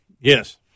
Yes